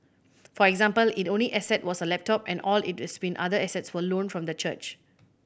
for example it only asset was a laptop and all its been other assets were loaned from the church